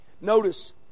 Notice